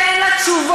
ואין לה תשובות.